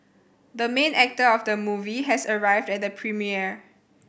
the main actor of the movie has arrived at the premiere